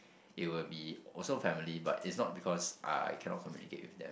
it will be also family but is not because uh I cannot communicate with them